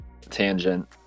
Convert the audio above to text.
tangent